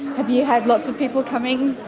have you had lots of people coming,